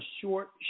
short